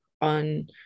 on